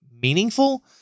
Meaningful